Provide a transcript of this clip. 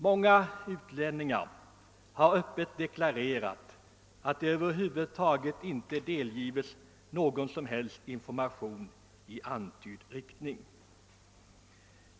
Många utlänningar har öppet deklarerat att de inte delgivits någon som helst information i antydd riktning.